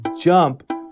jump